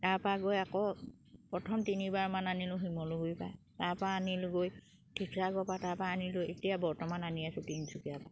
তাৰপা গৈ আকৌ প্ৰথম তিনিবাৰমান আনিলোঁ শিমলগুৰিৰ পা তাৰপা আনিলোঁ গৈ শিৱসাগৰৰ পৰা তাৰপা আনিলোঁ এতিয়া বৰ্তমান আনি আছোঁ তিনিচুকীয়াৰ পা